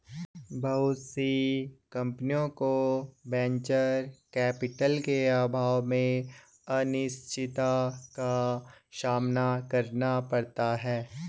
बहुत सी कम्पनियों को वेंचर कैपिटल के अभाव में अनिश्चितता का सामना करना पड़ता है